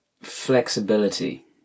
flexibility